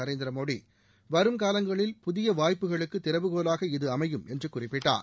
நரேந்திர மோடி வரும் காலங்களில் புதிய வாய்ப்புகளுக்கு திறவுகோளாக அமையும் என்று குறிப்பிட்டார்